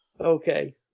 Okay